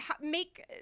make